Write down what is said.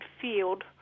field